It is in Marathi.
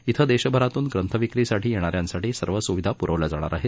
श्व देशभरातून ग्रंथ विक्रीसाठी येणाऱ्यांसाठी सर्व सुविधा पुरवल्या जाणार आहेत